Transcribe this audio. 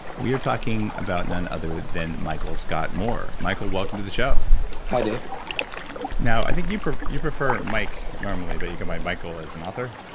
we are talking about none other than michael scott moore. michael, welcome to the show hi, dave now, i think you prefer you prefer mike normally, but you go by michael as an author?